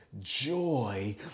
joy